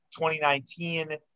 2019